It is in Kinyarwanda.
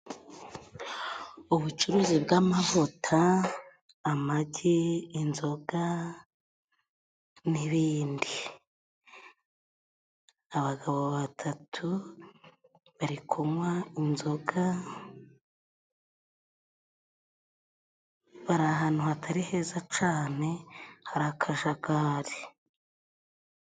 Ubucuruzi bw'amavuta, amagi, inzoga, nibindi. Abagabo batatu bari kunywa inzoga. Bari ahantu hatari heza cyane hari akajagari.